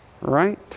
right